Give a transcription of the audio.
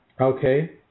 Okay